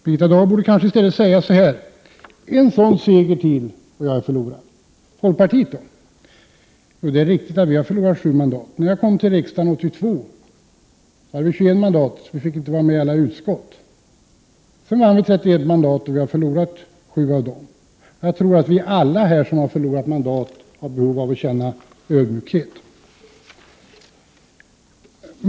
Birgitta Dahl borde kanske i stället säga: En sådan seger till och jag är förlorad. Folkpartiet då? Det är riktigt att vi har förlorat 7 mandat. När jag kom till riksdagen 1982 hade vi 21 mandat och fick inte vara med i alla utskott. Sedan vann vi 31 mandat och har nu förlorat 7 av dem. Jag tror att vi alla här som har förlorat mandat har behov av att känna ödmjukhet.